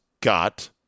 got